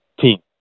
team